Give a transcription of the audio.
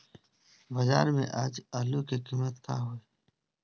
बाजार में आज आलू के कीमत का होई?